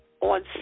on